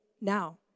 now